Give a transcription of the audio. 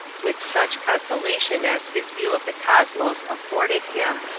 with such consolation as his view of the cosmos afforded him.